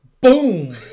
Boom